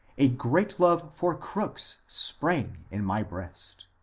a great love for crooks sprang in my breast.